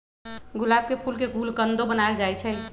गुलाब के फूल के गुलकंदो बनाएल जाई छई